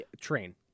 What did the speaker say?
Train